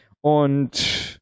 und